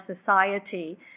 society